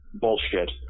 bullshit